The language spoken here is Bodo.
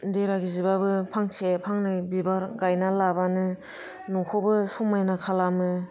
देरा गिजिबाबो फांसे फांनै बिबार गाइना लाबानो न'खौबो समायना खालामो